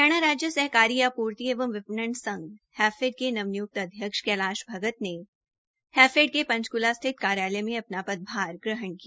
हरियाणा राज्य सहकारी आपूर्ति एवं विणणन संघ हैफेड के नवनिय्क्त अध्यक्ष कैलाश भगत ने हैफेड के पंचकला स्थित कार्यालय में अपना पदभार ग्रहण किया